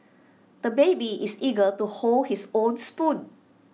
the baby is eager to hold his own spoon